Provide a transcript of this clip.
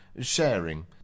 sharing